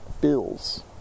bills